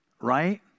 right